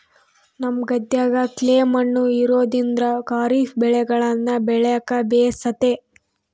ನಮ್ಮ ಗದ್ದೆಗ ಕ್ಲೇ ಮಣ್ಣು ಇರೋದ್ರಿಂದ ಖಾರಿಫ್ ಬೆಳೆಗಳನ್ನ ಬೆಳೆಕ ಬೇಸತೆ